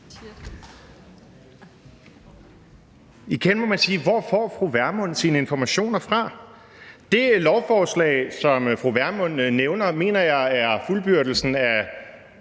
Igen må man spørge: Hvor får fru Vermund sine informationer fra? Det lovforslag, som fru Vermund nævner, mener jeg er fuldbyrdelsen af